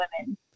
women